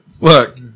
look